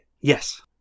Yes